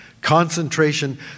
concentration